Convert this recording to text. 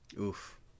Oof